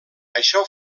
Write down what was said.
això